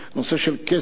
נושא של כסף.